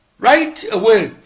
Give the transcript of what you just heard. right away,